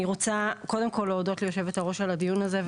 אני רוצה קודם כל להודות ליושבת הראש על הדיון הזה,